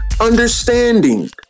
understanding